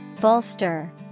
Bolster